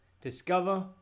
Discover